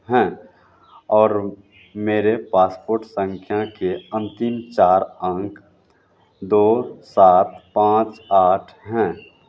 है और मेरे पासपोर्ट संख्या के अंतिम चार अंक दो सात पाँच आठ हैं